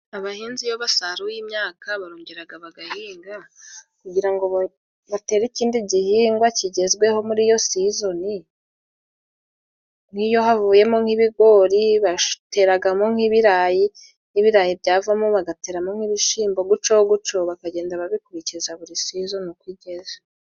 Abahinzi iyo basaruye imyaka barongeraga bagahinga kugira ngo batere ikindi gihingwa kigezweho muri iyo sizoni. Nk'iyo havuyemo nk'ibigori bateragamo nk'ibirayi n'ibirayi byavamo bagateramo nk' ibishimbo guco guco, bakagenda babikurikiza buri sizoni uko igeze.